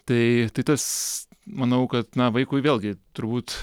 tai tai tas manau kad na vaikui vėlgi turbūt